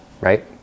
right